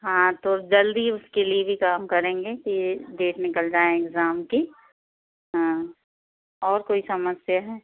हाँ तो जल्दी उसके लिए भी काम करेंगे कि डेट निकल जाए इक्ज़ाम की हाँ और कोई समस्या है